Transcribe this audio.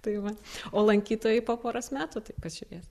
tai va o lankytojai po poros metų tai pažiūrės